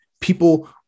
people